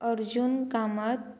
Arjun Kamat